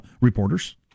reporters